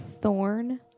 Thorn